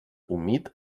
humit